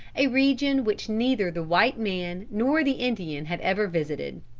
a region which neither the white man nor the indian had ever visited.